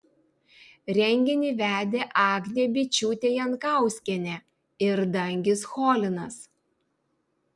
renginį vedė agnė byčiūtė jankauskienė ir dangis cholinas